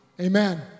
amen